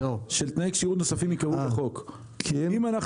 שתנאי כשירות נוספים יקבעו בחוק כי אם אנחנו